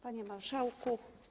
Panie Marszałku!